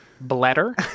Bladder